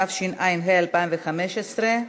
התשע"ה 2015,